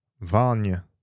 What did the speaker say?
Vanya